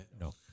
no